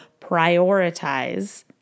prioritize